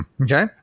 Okay